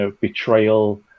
betrayal